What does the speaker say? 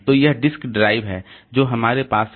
तो यह disk drive है जो हमारे पास है